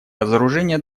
разоружение